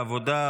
העבודה,